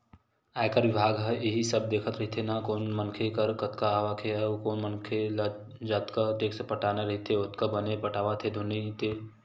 आयकर बिभाग ह इही सब देखत रहिथे ना कोन मनखे कर कतका आवक हे अउ ओ मनखे ल जतका टेक्स पटाना रहिथे ओतका बने पटावत हे धुन नइ ते